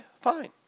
fine